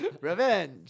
revenge